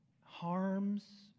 harms